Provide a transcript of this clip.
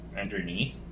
underneath